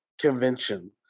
convention